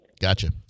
Gotcha